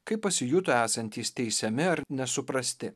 kai pasijuto esantys teisiami ar nesuprasti